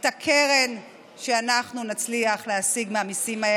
את הקרן שאנחנו נצליח להשיג מהמיסים האלה